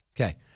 Okay